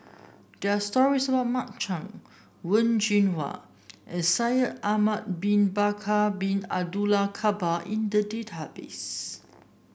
there are stories about Mark Chan Wen Jinhua and Shaikh Ahmad Bin Bakar Bin Abdullah Jabbar in the database